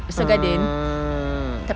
ah